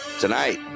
tonight